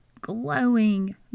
glowing